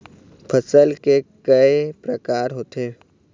फसल के कय प्रकार होथे?